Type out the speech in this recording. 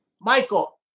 Michael